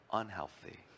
unhealthy